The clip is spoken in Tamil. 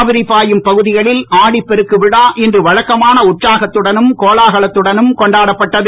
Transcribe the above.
காவிரி பாயும் பகுதிகளில் ஆடிப்பெருக்கு விழா இன்று வழக்கமான உற்சாகத்துடனும் கோலாகலத்துடனும் கொண்டாடப்பட்டது